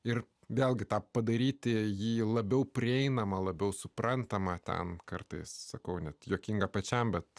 ir vėlgi tą padaryti jį labiau prieinamą labiau suprantama tam kartais sakau net juokinga pačiam bet